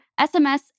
SMS